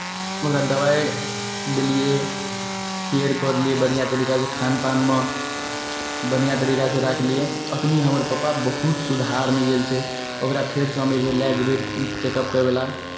ओकरा दबाइ देलियै केयर करलियै बढ़िआँ तरीकासँ खान पानमे बढ़िआँ तरीकासँ राखलियै अखनि हमर पप्पा बहुत सुधार भऽ गेल छै ओकरा फेरसँ हम एक बेर लए जेबै चेकअप करबै लेल